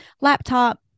laptop